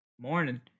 Morning